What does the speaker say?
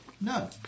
No